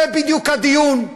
זה בדיוק הדיון.